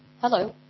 Hello